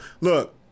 Look